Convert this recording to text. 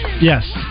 Yes